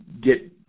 get